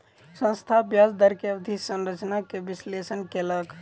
संस्थान ब्याज दर के अवधि संरचना के विश्लेषण कयलक